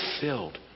filled